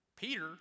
Peter